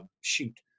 shoot